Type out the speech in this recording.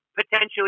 potentially